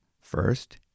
First